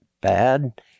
bad